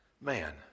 Man